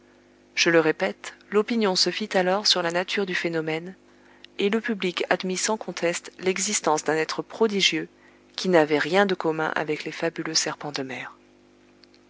je le répète l'opinion se fit alors sur la nature du phénomène et le public admit sans conteste l'existence d'un être prodigieux qui n'avait rien de commun avec les fabuleux serpents de mer